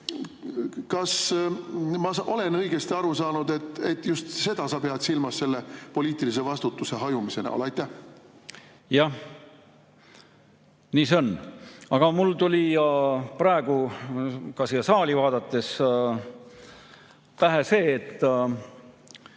Kas ma olen õigesti aru saanud, et just seda pead sa silmas selle poliitilise vastutuse hajumise all? Jah, nii see on. Aga mul tuli praegu ka seda saali vaadates pähe, et